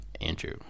Andrew